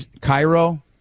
Cairo